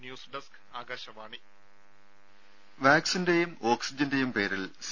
news desk Akashvani രംഭ വാക്സിന്റെയും ഓക്സിജന്റെയും പേരിൽ സി